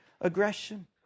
aggression